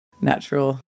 natural